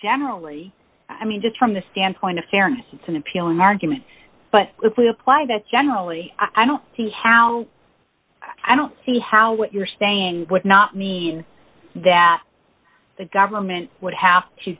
generally i mean just from the standpoint of fairness it's an appealing argument but if we apply that generally i don't see how i don't see how what you're saying would not mean that the government would have to